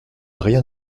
rien